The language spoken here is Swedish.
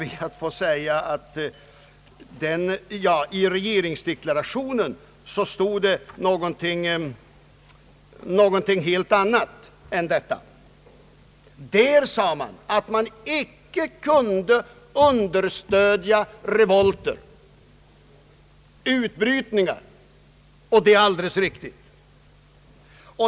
I regeringsdeklarationen stod något helt annat än detta. Där sade man att man icke kunde stödja revolter och utbrytningar, och det är alldeles riktigt.